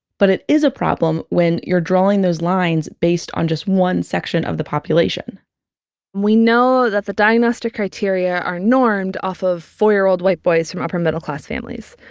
but it is a problem, when you're drawing those lines based on just one section of the population julia we know that the diagnostic criteria are normed off of four year old white boys from upper middle class families.